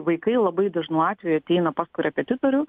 vaikai labai dažnu atveju ateina pas korepetitorių